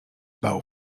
bał